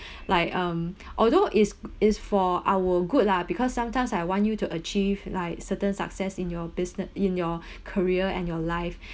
like um although is is for our good lah because sometimes I want you to achieve like certain success in your business in your career and your life